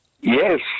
Yes